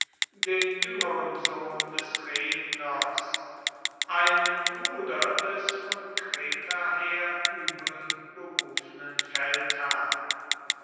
den jüngeren sohn des redners einen bruder des von kreta her übel berufenen feldherrn